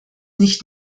nicht